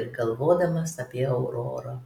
ir galvodamas apie aurorą